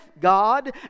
God